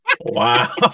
Wow